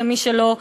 למי שלא הקשיב: